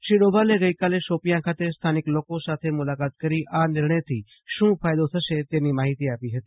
શ્રી ડોભાલે ગઈકાલે શોપિયાં ખાતે સ્થાનિક લોકો સાથે મુલાકાત કરી આ નિર્ણયથી શું ફાયદો થશે તેની માહિતી આપી હતી